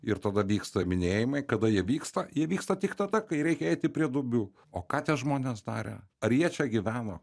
ir tada vyksta minėjimai kada jie vyksta jie vyksta tik tada kai reikia eiti prie duobių o ką tie žmonės darė ar jie čia gyveno